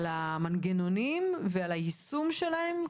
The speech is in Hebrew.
על המנגנונים ועל היישום שלהם,